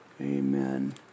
Amen